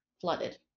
flooded